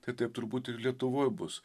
tai taip turbūt ir lietuvoj bus